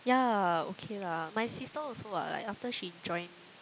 ya okay lah my sister also what like after she join